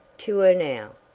to her now?